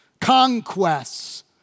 Conquests